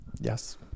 yes